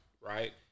right